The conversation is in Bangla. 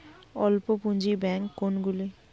অল্প পুঁজি ব্যাঙ্ক কোনগুলি?